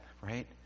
right